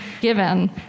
given